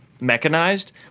mechanized